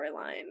storyline